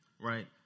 Right